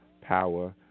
power